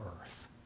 earth